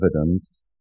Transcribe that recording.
evidence